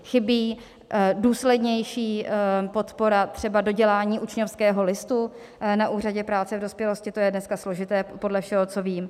Chybí důslednější podpora třeba dodělání učňovského listu na úřadě práce v dospělosti, to je dneska složité podle všeho, co vím.